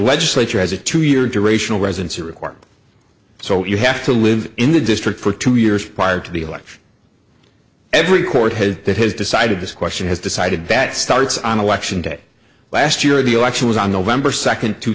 legislature has a two year durational residency requirement so you have to live in the district for two years prior to the election every court has that has decided this question has decided that starts on election day last year the election was on november second two